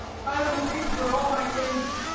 i have obeyed her all my days.